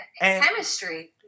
Chemistry